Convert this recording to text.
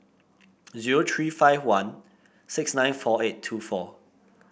zero three five one six nine four eight two four